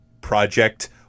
project